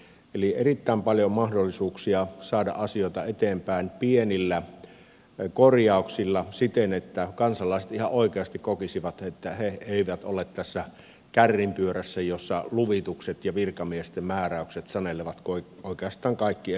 eli erittäin paljon on mahdollisuuksia saada asioita eteenpäin pienillä korjauksilla siten että kansalaiset ihan oikeasti kokisivat että he eivät ole kärrinpyörässä jossa luvitukset ja virkamiesten määräykset sanelevat oikeastaan kaikki elinehdot